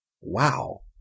Wow